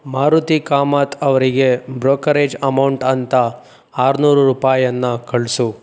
ಮಾರುತಿ ಕಾಮತ್ ಅವರಿಗೆ brokerage amount ಅಂತ ಆರುನೂರು ರೂಪಾಯಿಯನ್ನ ಕಳಿಸು